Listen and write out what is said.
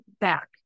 back